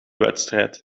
wedstrijd